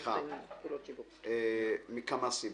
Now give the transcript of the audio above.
מכמה סיבות.